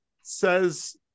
says